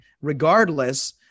regardless